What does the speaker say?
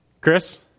Chris